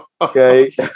okay